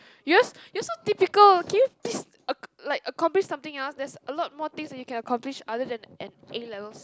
you're you're so typical can you please ac~ like accomplish something else there's a lot more things that you can accomplish other than an A-levels